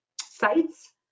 sites